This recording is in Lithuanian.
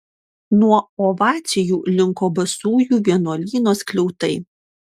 nuo ovacijų linko basųjų vienuolyno skliautai